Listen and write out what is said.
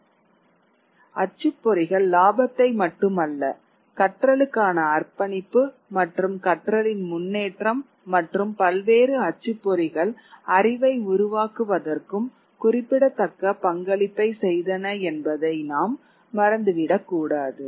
அச்சுப்பொறிகள் லாபத்தை மட்டுமல்ல கற்றலுக்கான அர்ப்பணிப்பு மற்றும் கற்றலின் முன்னேற்றம் மற்றும் பல்வேறு அச்சுப்பொறிகள் அறிவை உருவாக்குவதற்கும் குறிப்பிடத்தக்க பங்களிப்பை செய்தன என்பதை நாம் மறந்துவிடக் கூடாது